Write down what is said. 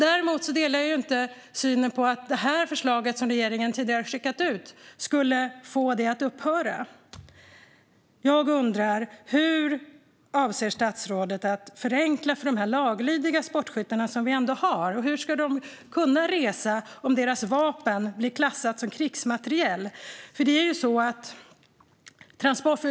Däremot delar jag inte synen att det förslag som regeringen tidigare har skickat ut skulle få det att upphöra. Jag undrar hur statsrådet avser att förenkla för våra laglydiga sportskyttar. Hur ska de kunna resa om deras vapen klassas som krigsmateriel?